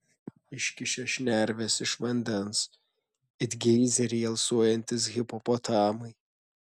iškišę šnerves iš vandens it geizeriai alsuojantys hipopotamai